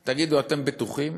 תגידו, אתם בטוחים?